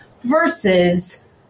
versus